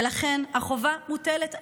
ולכן החובה מוטלת עלינו,